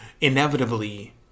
inevitably